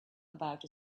about